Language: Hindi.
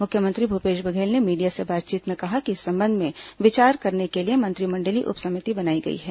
मुख्यमंत्री भूपेश बघेल ने मीडिया से बातचीत में कहा कि इस संबंध में विचार करने के लिए मंत्रिमंडलीय उप समिति बनाई गई है